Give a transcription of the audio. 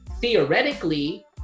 theoretically